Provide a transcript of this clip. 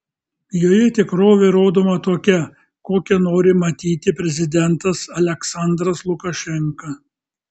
joje tikrovė rodoma tokia kokią nori matyti prezidentas aliaksandras lukašenka